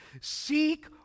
seek